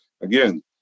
again